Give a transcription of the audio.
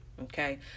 Okay